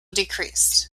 decreased